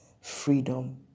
freedom